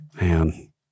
man